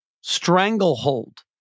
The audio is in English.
stranglehold